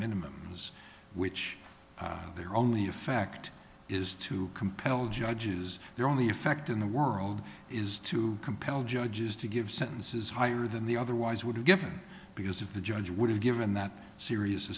minimums which they're only a fact is to compel judges they're only effect in the world is to compel judges to give sentences higher than they otherwise would have given because of the judge would have given that serious a